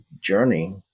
journey